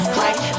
right